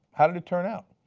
how did it turn out?